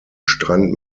strand